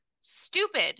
stupid